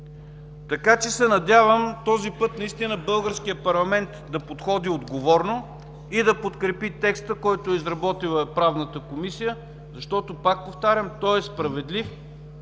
че се надявам този път българският парламент да подходи отговорно и да подкрепи текста, който е изработила Правната комисия, защото, пак повтарям, той е справедлив